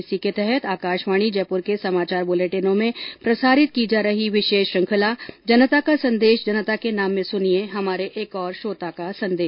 इसी के तहत आकाशवाणी जयपुर के समाचार बुलेटिनों में प्रसारित की जा रही विशेष श्रृंखला जनता का संदेश जनता के नाम में सुनिये हमारे एक और श्रोता का संदेश